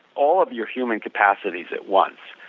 all of your human capacities at once.